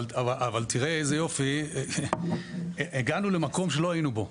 אבל תראה איזה יופי, הגענו למקום שלא היינו בו.